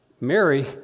Mary